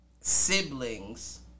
siblings